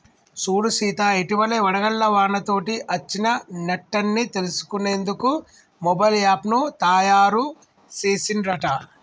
సూడు సీత ఇటివలే వడగళ్ల వానతోటి అచ్చిన నట్టన్ని తెలుసుకునేందుకు మొబైల్ యాప్ను తాయారు సెసిన్ రట